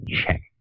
check